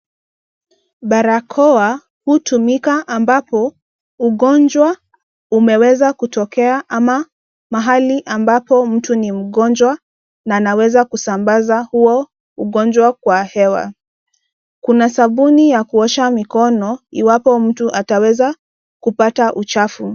Barakoa, hutumika ambapo ugonjwa umeweza kutokea ama mahali ambapo mtu ni mgonjwa na anaweza kusambaza huo ugonjwa kwa hewa. Kuna sabuni ya kuosha mikono, iwapo mtu ataweza kupata uchafu.